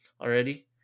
Already